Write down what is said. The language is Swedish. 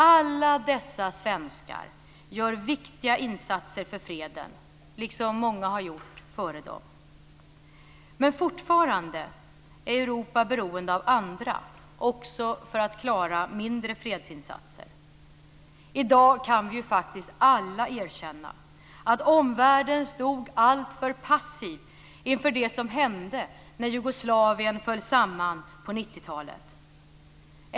Alla dessa svenskar gör viktiga insatser för freden, precis som många har gjort före dem. Fortfarande är dock Europa beroende av andra, också för att klara mindre fredsinsatser. I dag kan vi ju faktiskt alla erkänna att omvärlden stod alltför passiv inför det som hände när Jugoslavien föll samman på 90-talet.